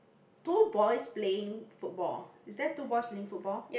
two boys playing football is there two boys playing football